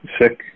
sick